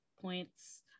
points